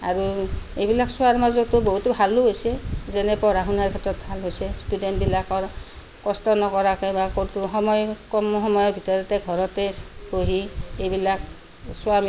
আৰু এইবিলাক চোৱাৰ মাজতো বহুত ভালো হৈছে যেনে পঢ়া শুনাৰ ক্ষেত্ৰত ভাল হৈছে ষ্টুডেন্টবিলাকৰ কষ্ট নকৰাকৈ বা ক'তো সময় কম সময়ৰ ভিতৰতে ঘৰতে বহি এইবিলাক চোৱা